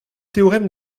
théorème